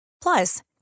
Plus